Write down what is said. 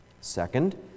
Second